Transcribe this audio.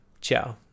Ciao